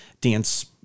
dance